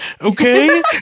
Okay